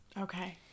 Okay